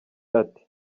ati